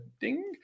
Ding